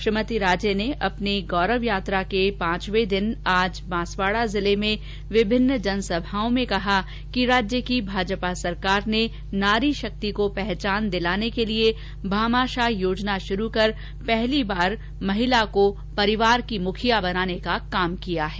श्रीमती राजे ने अपनी गौरव यात्रा के पांचवे दिन आज बांसवाडा जिले में विभिन्न जनसभाओं में कहा कि राज्य की भाजपा सरकार ने नारी शक्ति को पहचान दिलाने के लिए भामाशाह योजना शुरू कर पहली बार महिला को परिवार की मुखिया बनाने का काम किया है